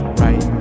right